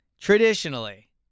traditionally